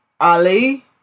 Ali